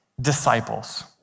disciples